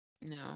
No